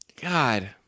God